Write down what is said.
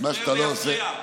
אפריע ואפריע.